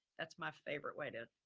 that's my favorite way to,